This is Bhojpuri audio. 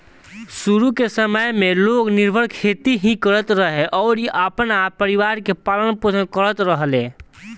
शुरू के समय में लोग निर्वाह खेती ही करत रहे अउरी अपना परिवार के पालन पोषण करत रहले